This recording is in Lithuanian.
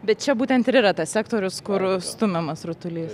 bet čia būtent ir yra tas sektorius kur stumiamas rutulys